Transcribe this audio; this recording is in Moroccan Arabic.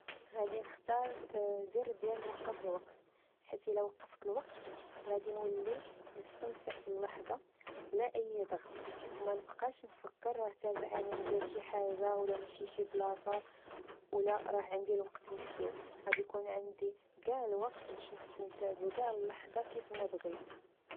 غدي نختار زر ديال نوقف الوقت، حيت إلا وقفت الوقت غدي نولي نستمتع باللحظة بلا أي ضغط ، ومنبقاش نفكر راه تابعني ندير شي حاجة ولا نمشي لشي بلاصة ولا راه عندي الوقت محدود، غدي يكون عندي چاع الوقت باش نستمتع بچاع اللحظة كيف مابغيت